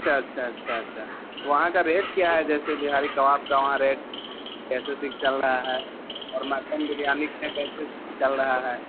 اچھا اچھا اچھا اچھا وہاں کا ریٹ کیا ہے جیسے بہاری کباب کا وہاں ریٹ کیسے سیخ چل رہا ہے اور مٹن بریانی کا کیسے چل رہا ہے